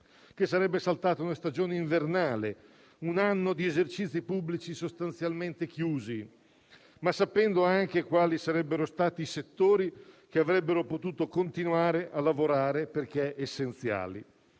turistica e una stagione invernale, un anno di esercizi pubblici sostanzialmente chiusi, ma sapendo anche quali sarebbero stati i settori che avrebbero potuto continuare a lavorare perché essenziali?